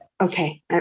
Okay